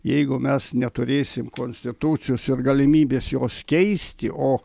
jeigu mes neturėsim konstitucijos ir galimybės jos keisti o